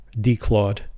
declawed